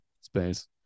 space